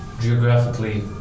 geographically